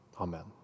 Amen